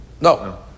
No